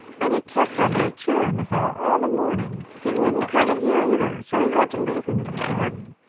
and he kept under a chair in the hall all the morning he wouldn't come in here either, so we had to leave him in your garden